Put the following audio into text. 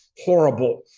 horrible